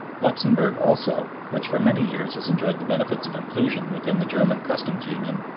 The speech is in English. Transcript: luxemburg also, which for many years has enjoyed the benefits of inclusion within the german customs union,